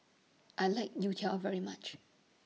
I like Youtiao very much